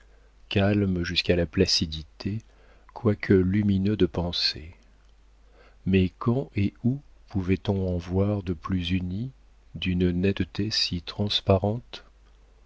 calme jusqu'à la placidité quoique lumineux de pensée mais quand et où pouvait-on en voir de plus uni d'une netteté si transparente